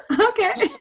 Okay